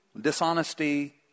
dishonesty